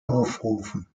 aufrufen